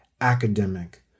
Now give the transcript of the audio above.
academic